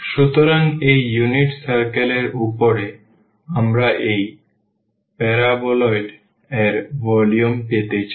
সুতরাং এই unit circle এর উপরে আমরা এই paraboloid এর ভলিউম পেতে চাই